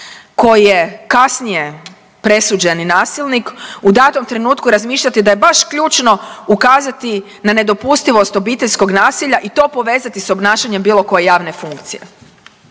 koji je kasnije presuđeni nasilnik, u datom trenutku razmišljati da je baš ključno ukazati na nedopustivost obiteljskog nasilja i to povezati s obnašanjem bilo koje javne funkcije.